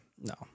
No